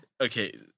Okay